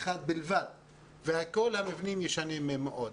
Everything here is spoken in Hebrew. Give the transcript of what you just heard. וכל המבנים ישנים מאוד.